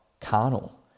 carnal